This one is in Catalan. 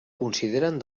consideren